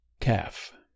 Calf